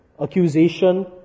accusation